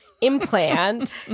implant